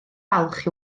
falch